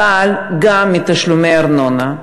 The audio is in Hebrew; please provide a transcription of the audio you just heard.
אבל גם מתשלומי ארנונה,